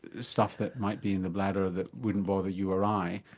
stuff that might be in the bladder that wouldn't bother you or i,